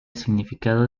significado